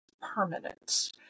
permanence